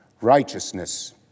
righteousness